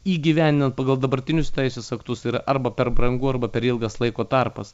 įgyvendinant pagal dabartinius teisės aktus tai yra arba per brangu arba per ilgas laiko tarpas